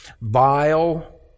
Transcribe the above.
vile